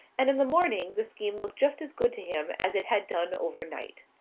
and in the morning the scheme looked just as good to him as it had done overnight.